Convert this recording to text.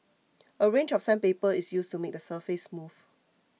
a range of sandpaper is used to make the surface smooth